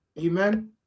Amen